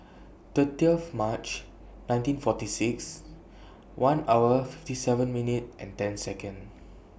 thirtieth March nineteen forty six one hour fifty seven minute and ten Second